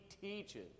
teaches